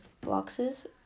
boxes